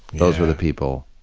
those were the people,